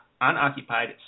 unoccupied